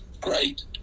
Great